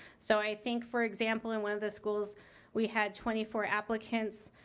so i think, for example, in one of those schools we had twenty four applicants.